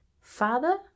Father